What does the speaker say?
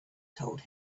told